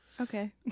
Okay